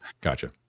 Gotcha